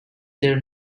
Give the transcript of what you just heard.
their